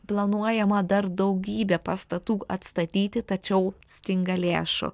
planuojama dar daugybė pastatų atstatyti tačiau stinga lėšų